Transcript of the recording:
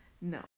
No